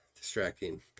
distracting